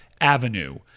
avenue